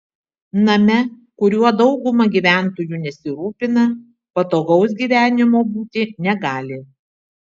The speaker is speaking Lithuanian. name kuriuo dauguma gyventojų nesirūpina patogaus gyvenimo būti negali